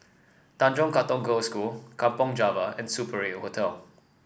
Tanjong Katong Girls' School Kampong Java and Super Eight Hotel